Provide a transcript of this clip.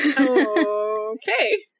okay